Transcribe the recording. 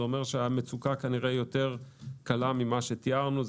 זה אומר שהמצוקה כנראה קלה יותר ממה שתיארנו.